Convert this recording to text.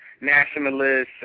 nationalists